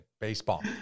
Baseball